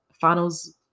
finals